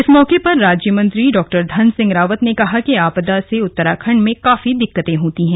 इस मौके पर राज्यमंत्री डॉ धन सिंह रावत ने कहा कि आपदा से उत्तराखंड में काफी दिक्कतें होती हैं